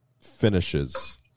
finishes